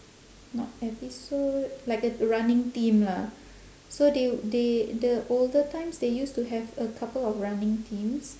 not episode like a running theme lah so they they the older times they used to have a couple of running themes